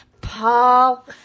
Paul